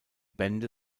bände